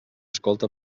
escolta